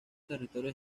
territorios